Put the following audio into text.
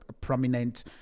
prominent